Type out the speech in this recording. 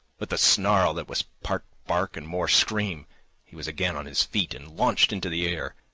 with a snarl that was part bark and more scream he was again on his feet and launched into the air.